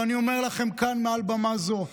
ואני אומר לכם כאן מעל במה זו,